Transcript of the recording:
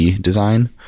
Design